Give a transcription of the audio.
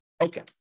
Okay